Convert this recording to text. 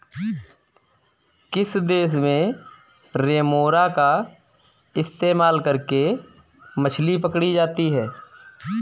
किस देश में रेमोरा का इस्तेमाल करके मछली पकड़ी जाती थी?